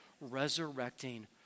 resurrecting